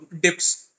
dips